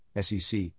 SEC